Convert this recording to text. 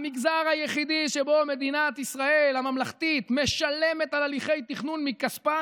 המגזר היחיד שבו מדינת ישראל הממלכתית משלמת על הליכי תכנון מכספה,